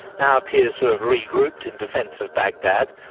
now appears to have regrouped in defence of baghdad.